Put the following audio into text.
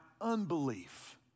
unbelief